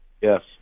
Yes